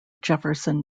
jefferson